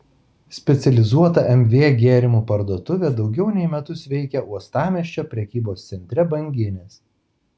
specializuota mv gėrimų parduotuvė daugiau nei metus veikia uostamiesčio prekybos centre banginis